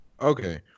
Okay